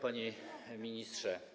Panie Ministrze!